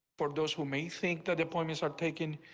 for those who may think the deployments are taking.